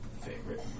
favorite